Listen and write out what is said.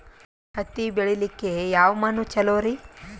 ಹತ್ತಿ ಬೆಳಿಲಿಕ್ಕೆ ಯಾವ ಮಣ್ಣು ಚಲೋರಿ?